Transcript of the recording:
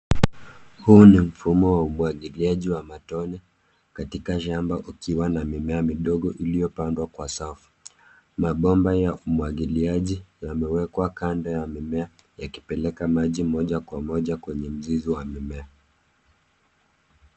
Huu ni mfumo wa umwagiliaji wa matone katika shamba ikiwa na mimea midogo iliyopandwa kwa safu. Mabomba ya umwagiliaji yamewekwa kando ya mimea yakipeleka maji moja kwa moja kwenye mizizi ya mimea.